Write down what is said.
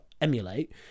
emulate